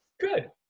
Good